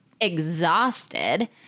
exhausted